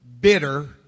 bitter